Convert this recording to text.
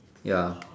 ya